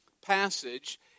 passage